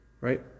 right